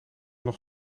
nog